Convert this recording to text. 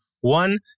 one